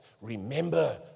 remember